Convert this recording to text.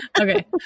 Okay